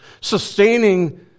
sustaining